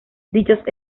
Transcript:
dichos